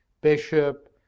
bishop